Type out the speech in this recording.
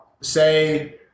Say